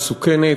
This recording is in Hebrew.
מסוכנת.